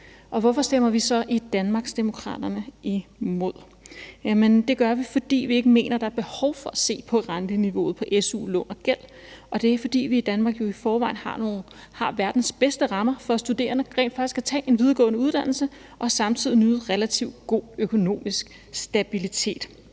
Hvorfor stemmer vi så i Danmarksdemokraterne imod? Det gør vi, fordi vi ikke mener, der er behov for at se på renteniveauet for su-lån og -gæld. Det er, fordi vi i Danmark jo i forvejen har verdens bedste rammer for studerende for rent faktisk at tage en videregående uddannelse og samtidig nyde relativt god økonomisk stabilitet.